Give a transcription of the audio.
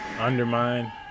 Undermine